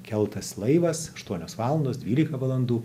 keltas laivas aštuonios valandos dvylika valandų